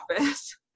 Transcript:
office